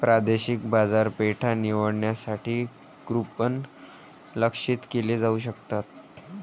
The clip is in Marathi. प्रादेशिक बाजारपेठा निवडण्यासाठी कूपन लक्ष्यित केले जाऊ शकतात